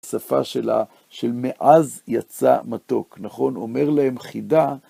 שפה שלה, של מאז יצא מתוק, נכון? אומר להם חידה.